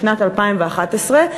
בשנת 2011,